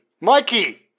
Mikey